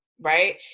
right